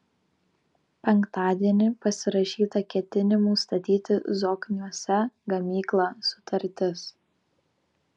penktadienį pasirašyta ketinimų statyti zokniuose gamyklą sutartis